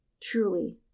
Truly